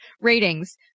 Ratings